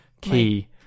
key